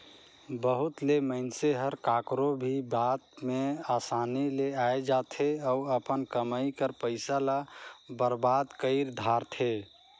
बहुत ले मइनसे हर काकरो भी बात में असानी ले आए जाथे अउ अपन कमई कर पइसा ल बरबाद कइर धारथे